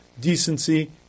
decency